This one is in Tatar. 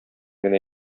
генә